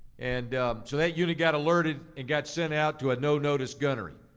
and so that unit got alerted and got sent out to a no-notice gunnery.